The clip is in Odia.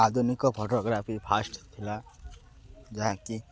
ଆଧୁନିକ ଫଟୋଗ୍ରାଫି ଫାଷ୍ଟ ଥିଲା ଯାହାକି